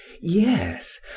yes